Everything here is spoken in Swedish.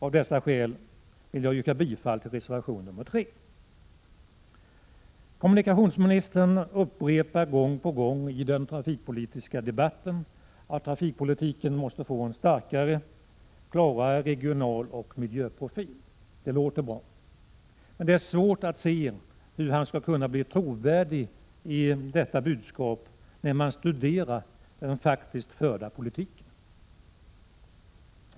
Av dessa skäl yrkar jag bifall till reservation nr 3. Kommunikationsministern upprepar gång på gång i den trafikpolitiska debatten att trafikpolitiken måste få en starkare och klarare regionaloch miljöprofil. Det låter bra. Men när man studerar den faktiskt förda politiken, är det svårt att se hur detta budskap skall kunna bli trovärdigt. Herr talman!